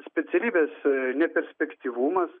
specialybės neperspektyvumas